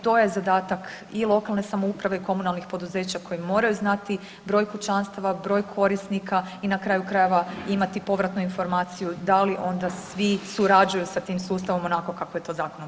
To je zadatak i lokalne samouprave i komunalnih poduzeća koji moraju znati broj kućanstava, broj korisnika i na kraju krajeva, imati povratnu informaciju da li onda svi surađuju sa tim sustavom onako kako je to zakonom